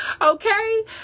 okay